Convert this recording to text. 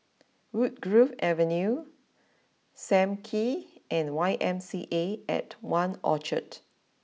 Woodgrove Avenue Sam Kee and Y M C A at one Orchard